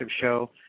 show